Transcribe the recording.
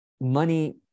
money